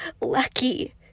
lucky